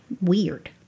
Weird